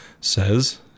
says